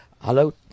hello